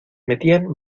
metían